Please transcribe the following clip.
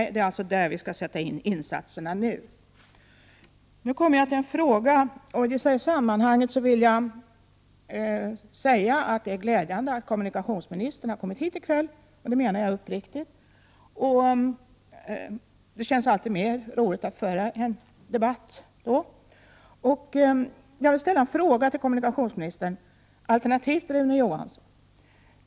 Det är alltså där vi nu skall sätta in våra resurser. I det här sammanhanget vill jag säga att det är glädjande att kommunikationsministern har kommit hit i kväll. Det menar jag uppriktigt. Det känns alltid mer roligt att föra en debatt i kommunikationsministerns närvaro. Jag vill ställa en fråga till kommunikationsministern, alternativt till Rune Johansson.